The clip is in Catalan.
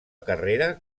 carrera